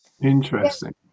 Interesting